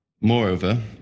Moreover